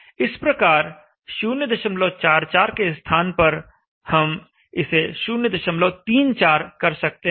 इस प्रकार 044 के स्थान पर हम इसे 034 कर सकते हैं